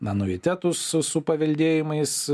anuitetus su su paveldėjimais